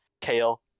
Kale